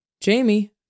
Jamie